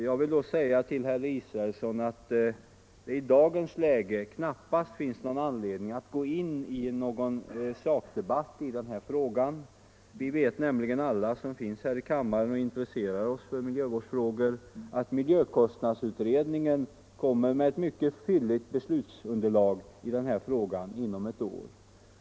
Men i dagens läge, herr Israelsson, finns det knappast någon anledning att gå in i en sakdebatt i den här frågan. Alla vi som finns här i kammaren och intresserar oss för miljövårdsfrågor vet nämligen att miljövårdskostnadsutredningen kommer med ett mycket fylligt beslutsunderlag inom ett år.